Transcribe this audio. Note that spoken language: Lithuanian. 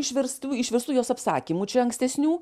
išverstų išverstų jos apsakymų ankstesnių